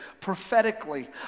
prophetically